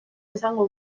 esango